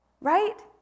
right